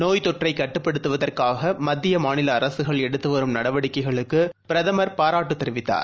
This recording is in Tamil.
நோய்த் தொற்றைகட்டுப்படுத்துவதற்காகமத்தியமாநிலஅரசுகள் எடுத்துவரும் நடவடிக்கைகளுக்குபிரதமர் பாராட்டுதெரிவித்தார்